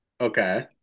Okay